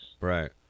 Right